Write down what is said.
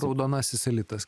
raudonasis elitas